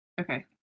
Okay